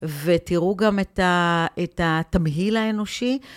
ותראו גם את התמהיל האנושי.